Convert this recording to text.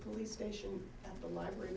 police station the library